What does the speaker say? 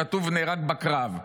כתוב נהרג בקרב.